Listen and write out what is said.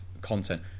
content